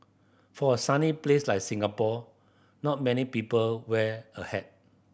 for a sunny place like Singapore not many people wear a hat